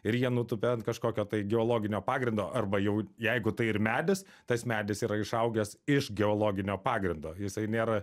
ir jie nutupia ant kažkokio tai geologinio pagrindo arba jau jeigu tai ir medis tas medis yra išaugęs iš geologinio pagrindo jisai nėra